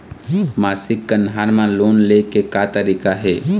मासिक कन्हार म लोन ले के का तरीका हे?